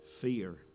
fear